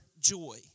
joy